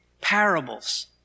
parables